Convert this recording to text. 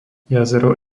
jazero